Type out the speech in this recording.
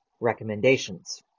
recommendations